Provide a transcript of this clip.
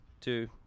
two